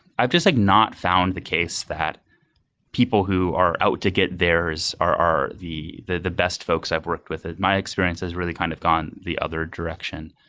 i've just like not found the case that people who are out to get theirs are are the the best folks i've worked with. my experience has really kind of gone the other direction.